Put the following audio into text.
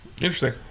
Interesting